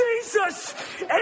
Jesus